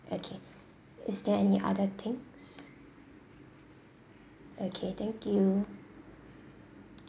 okay is there any other things